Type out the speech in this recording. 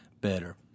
better